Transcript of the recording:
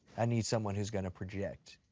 i need someone who's gonna project.